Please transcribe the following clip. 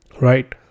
right